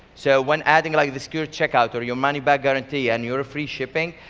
so when adding like the secure checkout, or your money back guarantee, and your free shipping,